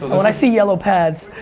when i see yellow pads,